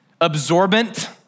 absorbent